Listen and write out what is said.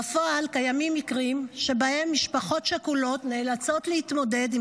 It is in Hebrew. בפועל קיימים מקרים שבהם משפחות שכולות נאלצות להתמודד עם